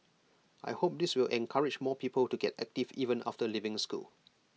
I hope this will encourage more people to get active even after leaving school